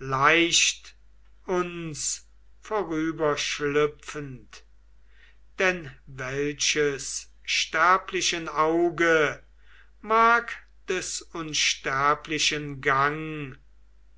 leicht uns vorüberschlüpfend denn welches sterblichen auge mag des unsterblichen gang